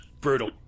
Brutal